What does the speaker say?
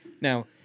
Now